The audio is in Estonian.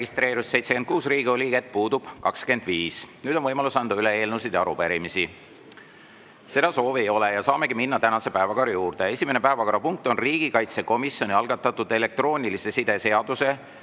registreerus 76 Riigikogu liiget, puudub 25. Nüüd on võimalus anda üle eelnõusid ja arupärimisi. Seda soovi ei ole ja saamegi minna tänase päevakorra juurde. Esimene päevakorrapunkt on riigikaitsekomisjoni algatatud elektroonilise side seaduse